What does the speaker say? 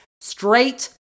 straight